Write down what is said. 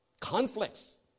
Conflicts